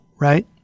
right